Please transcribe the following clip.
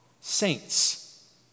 saints